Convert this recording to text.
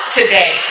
today